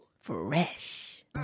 Fresh